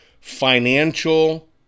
financial